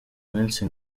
minsi